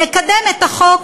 נקדם את החוק,